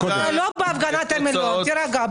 אתה לא בהפגנת המיליון, תירגע.